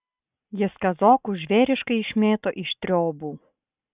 jis kazokus žvėriškai išmėto iš triobų